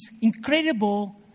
incredible